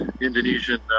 Indonesian